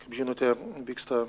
kaip žinote vyksta